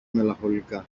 μελαγχολικά